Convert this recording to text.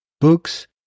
books